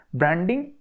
branding